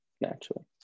naturally